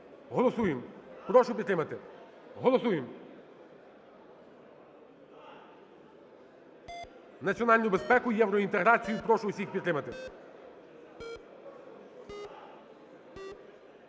Голосуємо, прошу підтримати, голосуємо. Національну безпеку, євроінтеграцію прошу всіх підтримати.